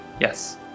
Yes